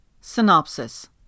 Synopsis